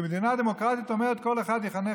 ומדינה דמוקרטית אומרת שכל אחד יחנך